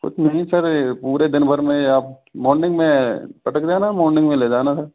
कुछ नहीं सर ये पूरे दिन भर में आप मॉर्निंग में पटक देना मॉर्निंग में लेगा जाना सर